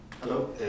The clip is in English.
Hello